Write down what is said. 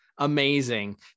amazing